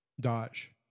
Dodge